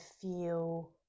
feel